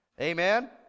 Amen